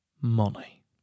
money